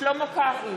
שלמה קרעי,